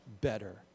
better